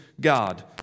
God